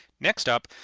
next up,